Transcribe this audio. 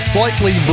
Slightly